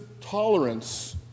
tolerance